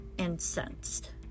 incensed